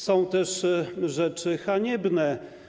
Są też rzeczy haniebne.